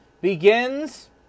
begins